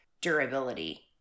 durability